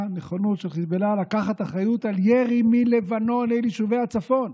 נכונות של חיזבאללה לקחת אחריות על ירי מלבנון אל יישובי הצפון,